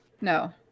No